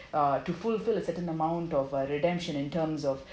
uh to fulfil a certain amount of uh redemption in terms of